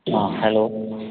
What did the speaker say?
hello